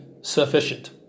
sufficient